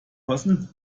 passen